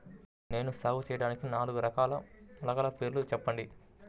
నేను సాగు చేయటానికి నాలుగు రకాల మొలకల పేర్లు చెప్పండి?